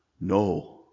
no